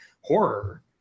horror